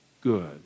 good